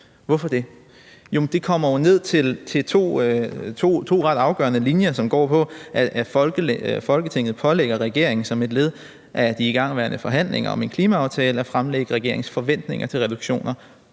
Hvorfor det? Jo, det kan jo koges ned til nogle ret afgørende linjer, som går på, at Folketinget pålægger regeringen som et led i de igangværende forhandlinger om en klimaaftale at fremlægge regeringens forventninger til reduktioner